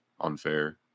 unfair